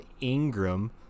Ingram